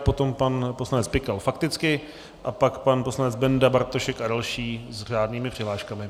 Potom pan poslanec Pikal fakticky a pak pan poslanec Benda, Bartošek a další s řádnými přihláškami.